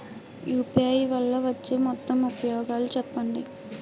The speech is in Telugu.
యు.పి.ఐ వల్ల వచ్చే మొత్తం ఉపయోగాలు చెప్పండి?